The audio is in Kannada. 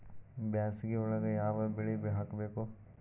ಬ್ಯಾಸಗಿ ಒಳಗ ಯಾವ ಬೆಳಿ ಹಾಕಬೇಕು?